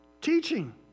Teaching